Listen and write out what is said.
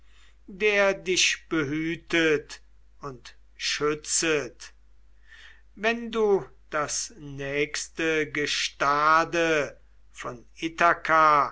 der dich behütet und schützet wenn du das nächste gestade von